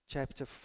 chapter